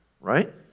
Right